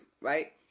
right